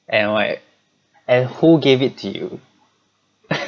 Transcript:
and why and who gave it to you